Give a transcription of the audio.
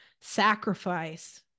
sacrifice